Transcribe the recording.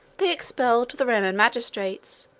they expelled the roman magistrates,